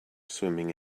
swimming